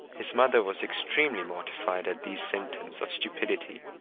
his mother was extremely mortified at these symptoms of stupidity,